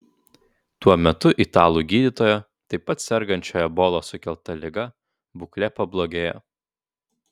tuo metu italų gydytojo taip pat sergančio ebolos sukelta liga būklė pablogėjo